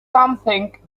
something